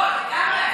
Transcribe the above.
לא, לגמרי.